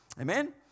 amen